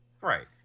Right